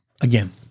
again